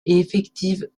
effective